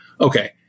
Okay